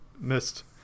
missed